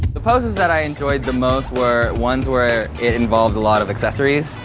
the poses that i enjoyed the most were ones where it involved a lot of accessories.